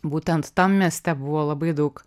būtent tam mieste buvo labai daug